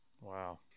Wow